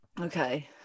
Okay